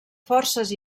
forces